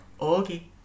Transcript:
Okay